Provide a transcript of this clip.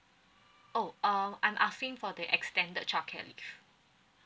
oh um I'm asking for the extended childcare leave